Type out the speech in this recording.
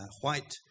White